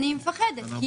אני מפחדת.